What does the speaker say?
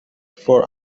for